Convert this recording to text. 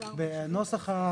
מבחינתנו,